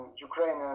Ukrainian